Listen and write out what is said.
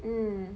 mm